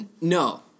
No